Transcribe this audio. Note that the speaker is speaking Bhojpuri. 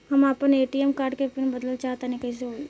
हम आपन ए.टी.एम कार्ड के पीन बदलल चाहऽ तनि कइसे होई?